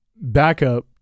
backup